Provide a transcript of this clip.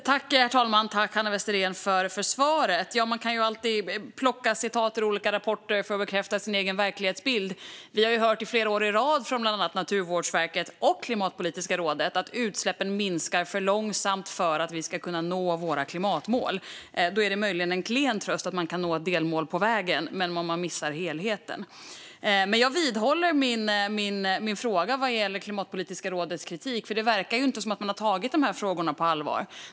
Herr talman! Tack för svaret, Hanna Westerén! Man kan alltid plocka citat ur olika rapporter för att bekräfta sin egen verklighetsbild. Vi har ju hört flera år i rad från bland annat Naturvårdsverket och Klimatpolitiska rådet att utsläppen minskar för långsamt för att vi ska kunna nå våra klimatmål. Det är en klen tröst att man kan nå ett delmål på vägen om man missar helheten. Jag vidhåller min fråga vad gäller Klimatpolitiska rådets kritik. Det verkar inte som att man har tagit de här frågorna på allvar.